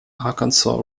arkansas